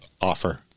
offer